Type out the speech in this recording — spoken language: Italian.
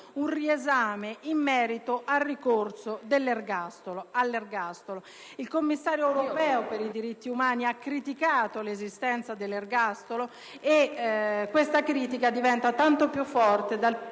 un riesame in merito al ricorso all'ergastolo. Il Commissario europeo per i diritti umani ha infatti criticato l'esistenza dell'ergastolo e questa critica diventa tanto più forte, dal